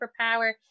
superpower